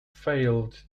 failed